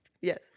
yes